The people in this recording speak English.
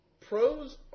pros